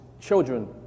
children